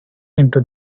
into